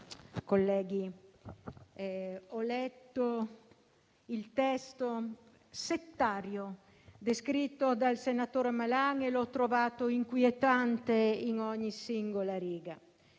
colleghi, ho letto il testo settario descritto dal senatore Malan e l'ho trovato inquietante in ogni singola riga.